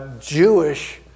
Jewish